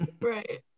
Right